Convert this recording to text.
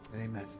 Amen